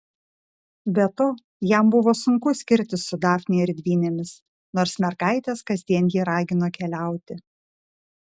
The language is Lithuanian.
be to jam buvo sunku skirtis su dafne ir dvynėmis nors mergaitės kasdien jį ragino keliauti